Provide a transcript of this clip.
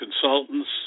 consultants